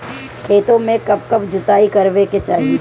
खेतो में कब कब जुताई करावे के चाहि?